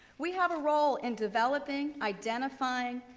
we have a role in developing, identifying,